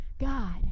God